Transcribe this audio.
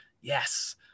yes